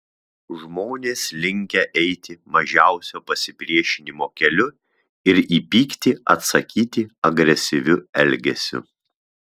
žmonės linkę eiti mažiausio pasipriešinimo keliu ir į pyktį atsakyti agresyviu elgesiu